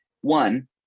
one